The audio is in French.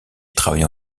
travaille